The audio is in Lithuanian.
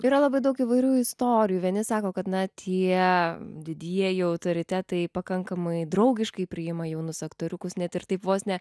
yra labai daug įvairių istorijų vieni sako kad na tie didieji autoritetai pakankamai draugiškai priima jaunus aktoriukus net ir taip vos ne